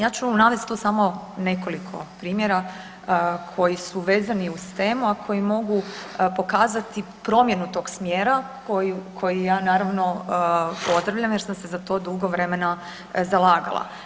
Ja ću navesti tu samo nekoliko primjera koji su vezani uz temu, a koji mogu pokazati promjenu tog smjera koji ja naravno pozdravljam jer sam se za to dugo vremena zalagala.